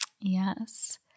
Yes